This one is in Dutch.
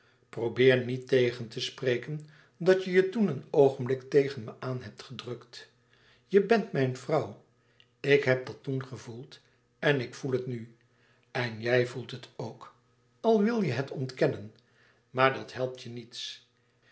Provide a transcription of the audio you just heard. probeer niet tegen te spreken dat je je toen een oogenblik tegen me aan hebt gedrukt je bent mijn vrouw ik heb dat toen gevoeld en ik voel het nu en jij voelt het ook al wil je het ontkennen maar dat helpt je niets